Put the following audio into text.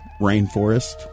rainforest